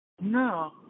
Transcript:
No